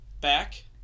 back